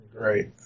great